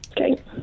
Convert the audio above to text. Okay